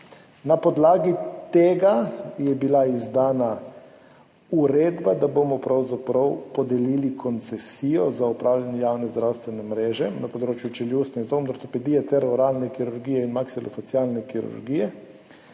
Na podlagi tega je bila izdana uredba, da bomo pravzaprav podelili koncesijo za opravljanje javne zdravstvene mreže na področju čeljustne zobne ortopedije ter oralne kirurgije in maksilofacialne kirurgije